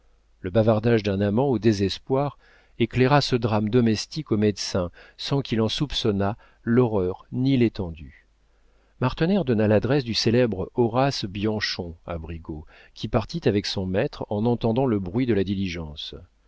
le bavardage d'un amant au désespoir éclaira ce drame domestique au médecin sans qu'il en soupçonnât l'horreur ni l'étendue martener donna l'adresse du célèbre horace bianchon à brigaut qui partit avec son maître en entendant le bruit de la diligence